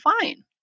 fine